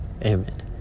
amen